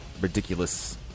ridiculous